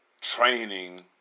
training